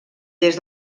des